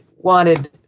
wanted